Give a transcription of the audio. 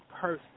person